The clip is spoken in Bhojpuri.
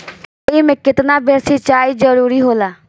मकई मे केतना बेर सीचाई जरूरी होला?